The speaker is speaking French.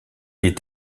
est